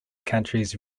countries